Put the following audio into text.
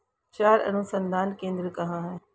चारा अनुसंधान केंद्र कहाँ है?